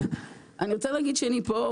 אני רוצה להגיד שאני פה,